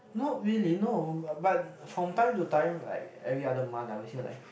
not really no but from time to time like every other month I would hear like